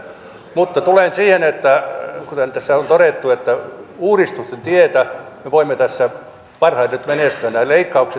mutta tulen siihen että kuten tässä on todettu uudistusten tietä me voimme tässä parhaiten menestyä